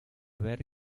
ver